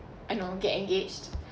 I don't know get engaged